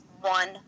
one